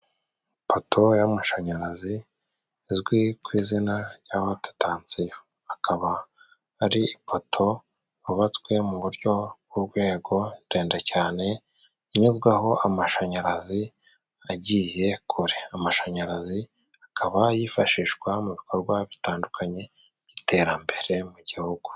Ipoto y'amashanyarazi azwi ku izina rya hotetansiyo, akaba ari ifoto hubatswe mu buryo bw'urwego ndende cyane, inyuzwaho amashanyarazi agiye kure. Amashanyarazi akaba yifashishwa mu ibikorwa bitandukanye by'iterambere mu igihugu.